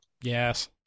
Yes